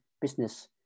business